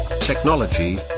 technology